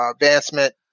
advancement